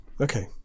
Okay